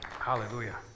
Hallelujah